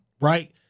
right